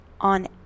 on